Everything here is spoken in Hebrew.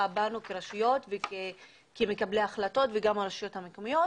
עלינו כרשויות וכמקבלי החלטות וגם רשויות מקומיות,